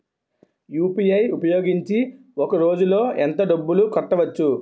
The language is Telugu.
యు.పి.ఐ ఉపయోగించి ఒక రోజులో ఎంత డబ్బులు కట్టవచ్చు?